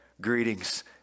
greetings